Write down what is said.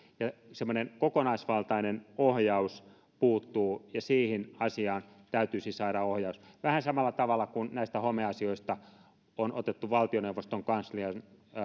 semmoinen kokonaisvaltainen ohjaus puuttuu ja siihen asiaan täytyisi saada ohjaus vähän samalla tavalla kuin näistä homeasioista on otettu valtioneuvoston kanslian